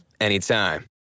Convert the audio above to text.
anytime